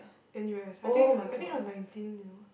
N_U_S I think I think she was nineteen you know